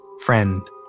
Friend